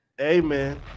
Amen